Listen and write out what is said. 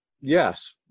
yes